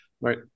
Right